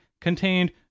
contained